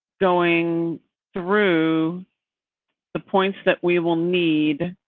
going through the points that we will need.